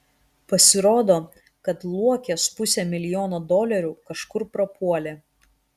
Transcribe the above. pasirodo kad luokės pusė milijono dolerių kažkur prapuolė